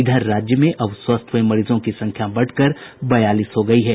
इधर राज्य में अब स्वस्थ हुये मरीजों की संख्या बढ़कर बयालीस हो गयी है